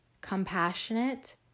compassionate